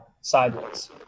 sideways